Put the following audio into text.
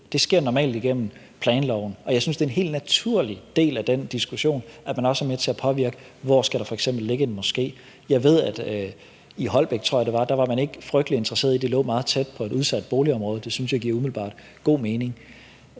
Det sker normalt igennem planloven, og jeg synes, det er en helt naturlig del af den diskussion, at man også er med til at påvirke, hvor der f.eks. skal ligge en moské. Jeg ved, at man i Holbæk, tror jeg det var, ikke var frygtelig interesseret i, at det lå meget tæt på et udsat boligområde. Det synes jeg umiddelbart giver god mening.